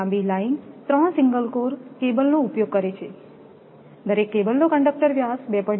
લાંબી line 3 single core કેબલનો ઉપયોગ કરે છે દરેક કેબલનો કંડકટર વ્યાસ 2